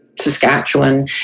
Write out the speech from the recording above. Saskatchewan